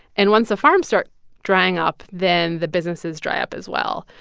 and once the farms start drying up, then the businesses dry up as well.